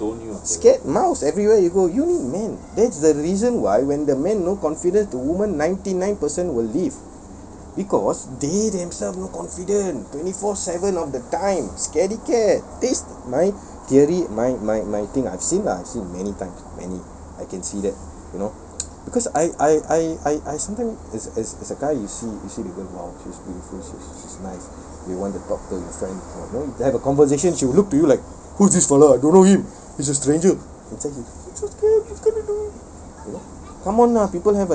scared mouse everywhere you go you need men that's the reason why when the man no confidence the woman ninety nine percent will leave because they themselves no confidence twenty four seven of the times scaredy cat that's my theory my my my thing I've seen ah I've seen many times many I can see that you know because I I I I I sometimes as as as a guy you see you see the girl !wow! she's beautiful sh~ sh~ she's nice you want to talk make friend you know to have a conversation she'll look to you like who is this fella I don't know him he's a stranger I'm so scared you know